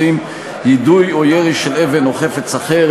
120) (יידוי או ירי של אבן או חפץ אחר),